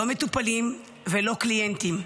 לא מטופלים ולא קליינטים.